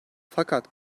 fakat